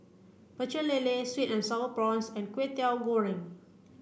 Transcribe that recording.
Pecel Lele sweet and sour prawns and Kwetiau Goreng